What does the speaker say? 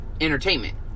entertainment